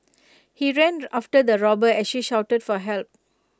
he ran after the robber as she shouted for help